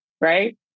Right